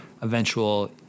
eventual